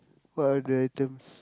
what are the items